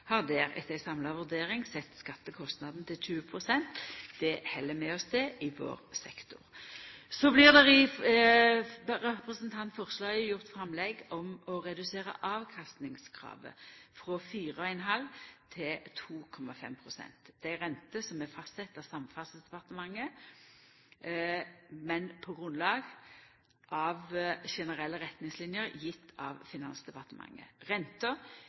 har der etter ei samla vurdering sett skattekostnadene til 20 pst. Det held vi oss til i vår sektor. Så blir det i representantframlegget gjort framlegg om å redusera avkastingskravet frå 4,5 pst. til 2,5 pst. Det er ei rente som er fastsett av Samferdselsdepartementet på grunnlag av generelle retningsliner gjeve av Finansdepartementet.